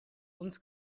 uns